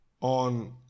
on